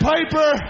Piper